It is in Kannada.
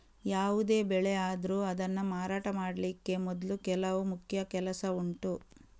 ಯಾವುದೇ ಬೆಳೆ ಆದ್ರೂ ಅದನ್ನ ಮಾರಾಟ ಮಾಡ್ಲಿಕ್ಕೆ ಮೊದ್ಲು ಕೆಲವು ಮುಖ್ಯ ಕೆಲಸ ಉಂಟು